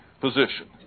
position